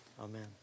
Amen